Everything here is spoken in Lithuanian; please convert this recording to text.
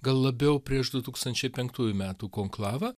gal labiau prieš du tūkstančiai penktųjų metų konklavą